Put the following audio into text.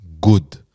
good